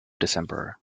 december